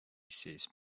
says